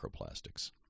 microplastics